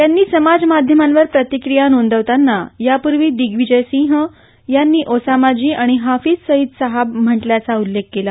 त्यांनी समाज माध्यमांवर प्रतिक्रीया नोंदवताना यापुर्वी दिग्वीजय सिंह यांनी ओसामाजी आणि हाफीज सईद साहब म्हटल्याचा उल्लेख केला